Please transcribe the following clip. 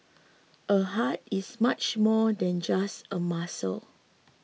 a heart is much more than just a muscle